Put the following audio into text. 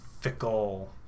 fickle